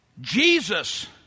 Jesus